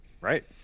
Right